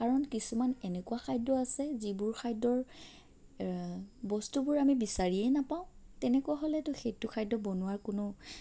কাৰণ কিছুমান এনেকুৱা খাদ্য আছে যিবোৰ খাদ্যৰ বস্তুবোৰ আমি বিচাৰিয়ে নাপাওঁ তেনেকুৱা হ'লেতো সেইটো খাদ্য বনোৱাৰ কোনো